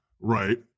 right